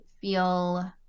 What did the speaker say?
feel